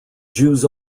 jews